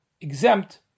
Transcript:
exempt